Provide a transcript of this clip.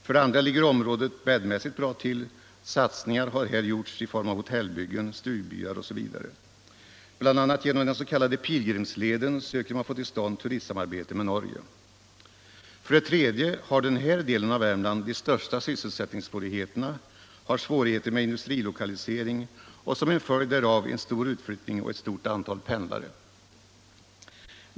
För det andra ligger området bäddmässigt bra till; satsningar har här gjorts i form av hotellbyggen, stugbyar osv. Bl. a. genom den s.k. Pilgrimsleden söker man få till stånd turistsamarbete med Norge. För det tredje har denna del av Värmland de största sysselsättningssvårigheterna, den har svårigheter med industrilokalisering och som en följd därav också en stor utflyttning och ett stort antal pendlare.